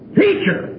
teacher